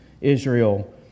Israel